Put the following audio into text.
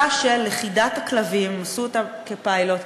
ועשו זאת כפיילוט,